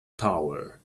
tower